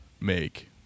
make